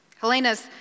Helena's